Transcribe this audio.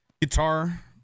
guitar